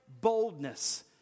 boldness